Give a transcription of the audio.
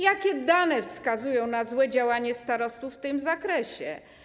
Jakie dane wskazują na złe działanie starostów w tym zakresie?